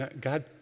God